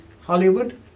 Hollywood